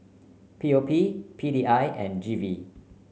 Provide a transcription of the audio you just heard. P O P P D I and G V